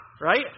right